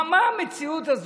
מה, מה המציאות הזאת?